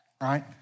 right